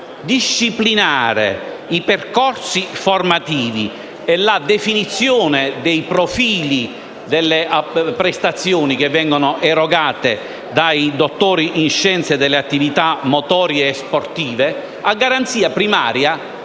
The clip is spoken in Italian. disciplinare i percorsi formativi e la definizione dei profili delle prestazioni che vengono erogate dai dottori in scienze delle attività motorie e sportive a garanzia primaria